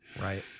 Right